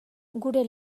gure